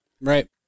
Right